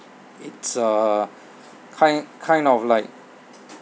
it's uh kind kind of like